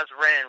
ran